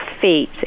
feet